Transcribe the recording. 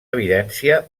evidència